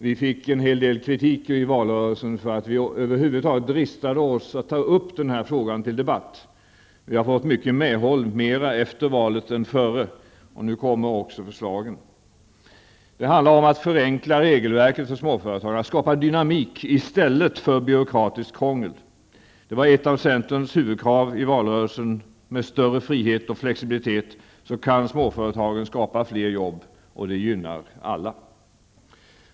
Vi fick en hel del kritik i valrörelsen för att vi över huvud taget dristade oss till att ta upp frågan till debatt. Vi har fått mera medhåll efter valet än före och nu kommer också förslagen. Syftet är att underlätta och förenkla regelverket för småföretagen, att skapa dynamik i stället för byråkratiskt krångel. Det var ett av centerns huvudkrav i valrörelsen. Med större frihet och flexibilitet kan småföretagen skapa fler jobb. Det gynnar alla.